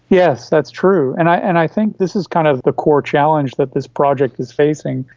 yes, that's true, and i and i think this is kind of the core challenge that this project is facing,